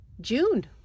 June